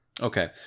Okay